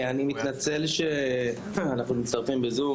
אני מתנצל שאנחנו מצטרפים בזום,